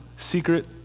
secret